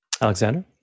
Alexander